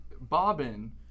Bobbin